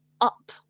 up